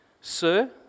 Sir